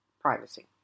privacy